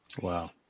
Wow